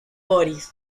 boris